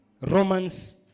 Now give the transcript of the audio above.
Romans